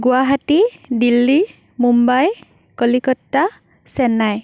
Guwahati Delhi Mumbai Kolkata Chennai